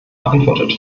beantwortet